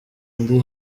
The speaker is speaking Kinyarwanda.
ndi